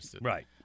Right